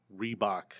Reebok